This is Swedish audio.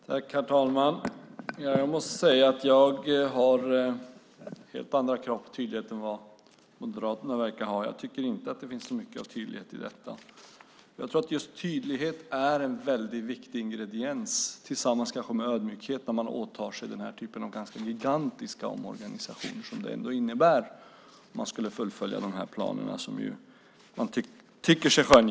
Herr talman! Jag måste säga att jag har helt andra krav på tydlighet än vad Moderaterna verkar ha. Jag tycker inte att det finns så mycket av tydlighet i detta. Just tydlighet är en viktig ingrediens, kanske tillsammans med ödmjukhet, när man åtar sig den typen av gigantisk omorganisation som det innebär att fullfölja de planer som vi tycker oss skönja.